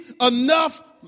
enough